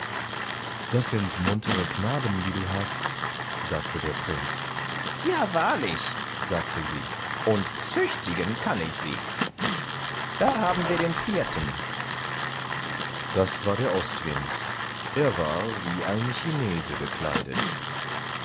das sind muntere knaben die du hast sagte der prinz ja wahrlich sagte sie und züchtigen kann ich sie da haben wir den vierten das war der ostwind er war wie ein chinese gekleidet